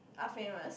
are famous